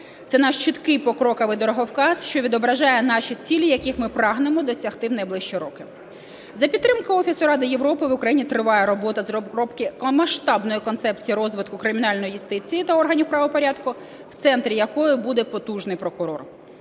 Це наш чіткий покроковий дороговказ, що відображає наші цілі, яких ми прагнемо досягти в найближчі роки. За підтримки Офісу Ради Європи в Україні триває робота з розробки масштабної концепції розвитку кримінальної юстиції та органів правопорядку в центрі якої буде потужний прокурор.